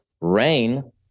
rain